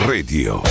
Radio